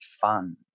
fun